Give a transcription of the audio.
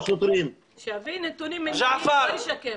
שיביא נתונים ענייניים, לא ישקר.